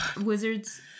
Wizards